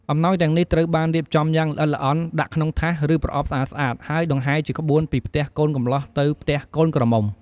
អំណោយទាំងនេះត្រូវបានរៀបចំយ៉ាងល្អិតល្អន់ ដាក់ក្នុងថាស ឬប្រអប់ស្អាតៗ ហើយដង្ហែជាក្បួនពីផ្ទះកូនកំលោះទៅផ្ទះកូនក្រមុំ។